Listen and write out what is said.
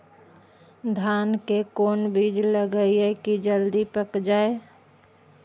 धान के कोन बिज लगईयै कि जल्दी पक जाए?